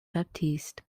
baptiste